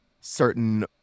certain